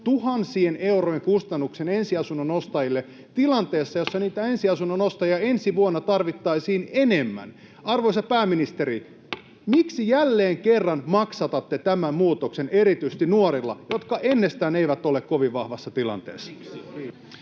tuhansien eurojen kustannuksen ensiasunnon ostajille, tilanteessa, jossa niitä ensiasunnon ostajia ensi vuonna tarvittaisiin enemmän. Arvoisa pääministeri, miksi jälleen kerran maksatatte tämän muutoksen erityisesti nuorilla, jotka ennestään eivät ole kovin vahvassa tilanteessa?